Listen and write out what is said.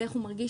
באיך הוא מרגיש,